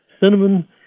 cinnamon